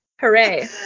Hooray